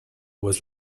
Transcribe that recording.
was